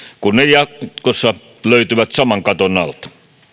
kun ne jatkossa löytyvät saman katon alta